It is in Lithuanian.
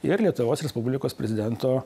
ir lietuvos respublikos prezidento